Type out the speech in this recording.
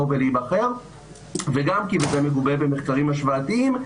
ולהיבחר וגם כי זה מגובה במחקרים השוואתיים.